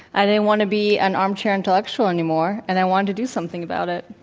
i didn't want to be an armchair intellectual anymore and i wanted to do something about it.